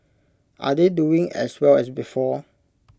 are they doing as well as before